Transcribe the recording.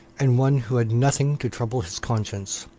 and one who had nothing to trouble his conscience